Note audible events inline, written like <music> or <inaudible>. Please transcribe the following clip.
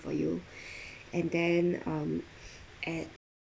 for you <breath> and then um at